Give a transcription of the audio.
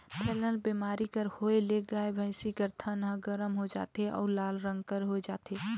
थनैल बेमारी कर होए ले गाय, भइसी कर थन ह गरम हो जाथे अउ लाल रंग कर हो जाथे